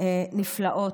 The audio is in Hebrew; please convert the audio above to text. ויותר נפלאות.